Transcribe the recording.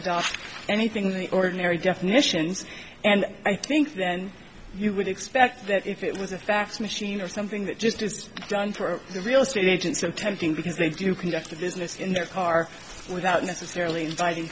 offer anything in the ordinary definitions and i think then you would expect that if it was a fax machine or something that just is done for the real estate agents and tempting because they do conduct a business in their car without necessarily inviting